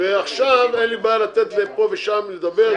עכשיו אין לי בעיה לתת פה ושם לדבר.